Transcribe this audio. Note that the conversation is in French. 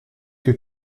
que